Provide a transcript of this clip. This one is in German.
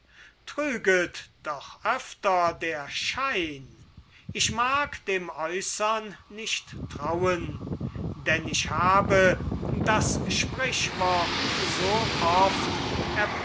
trüget doch öfter der schein ich mag dem äußern nicht trauen denn ich habe das sprichwort so oft